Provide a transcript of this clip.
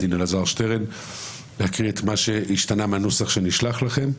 מעו"ד אלעזר שטרן להקריא מה השתנה מהנוסח שנשלח לכם.